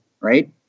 right